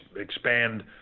expand